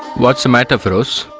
what's the matter feroz?